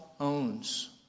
owns